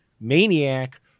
Maniac